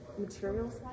materials